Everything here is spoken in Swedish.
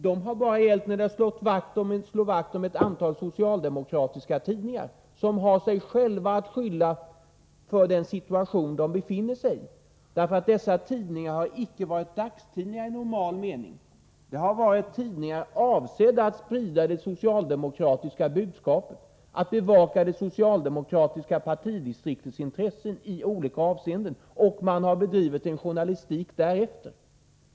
De har bara gällt i fråga om att slå vakt om ett antal socialdemokratiska tidningar som har sig själva att skylla för den situation de befinner sigi. Dessa tidningar har icke varit dagstidningar i normal mening. Det är tidningar som är avsedda att sprida det socialdemokratiska budskapet, att bevaka det socialdemokratiska partidistriktets intressen i olika avseenden. Och man har bedrivit en journalistik därefter.